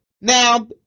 Now